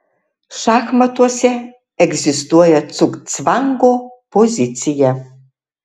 šachmatuose egzistuoja cugcvango pozicija